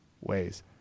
ways